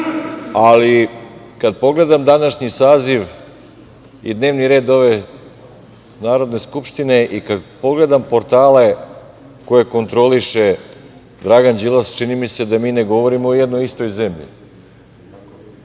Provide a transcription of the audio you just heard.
pogledam današnji saziv i dnevni red ove Narodne skupštine i kad pogledam portale koje kontroliše Dragan Đilas, čini mi se da mi ne govorimo o jednoj istoj zemlji.